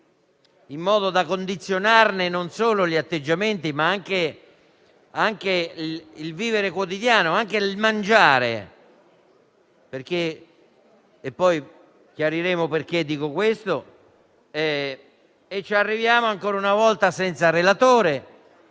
e tale da condizionarne non solo gli atteggiamenti, ma anche il vivere quotidiano e persino il mangiare. E chiariremo poi perché dico questo. Ci arriviamo ancora una volta senza relatore